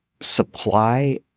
supply